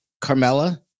Carmela